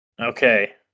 Okay